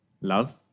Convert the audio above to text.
Love